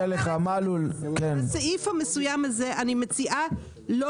אני רק אומרת לסעיף המסוים הזה אני מציעה לא